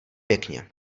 pěkně